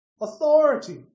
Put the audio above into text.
authority